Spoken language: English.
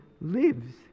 lives